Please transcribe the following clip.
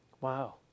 Wow